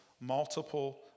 multiple